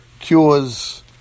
cures